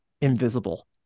invisible